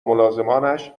ملازمانش